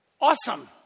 Awesome